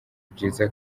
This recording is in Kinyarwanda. byiza